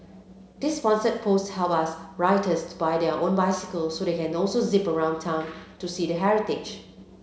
this sponsored post helps our writers buy their own bicycles so they can also zip around town to see the heritage